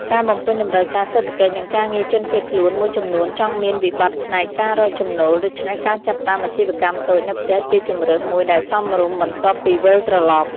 ការបំពេញតំរូវការសេដ្ឋកិច្ច និងការងារជនភៀសខ្លួនមួយចំនួនចង់មានវិបត្តិផ្នែកការរកចំណូល ដូច្នេះការចាប់ផ្តើមអាជីវកម្មតូចនៅផ្ទះជាជម្រើសមួយដែលសមរម្យ បន្ទាប់ពីវិលត្រឡប់។